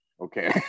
Okay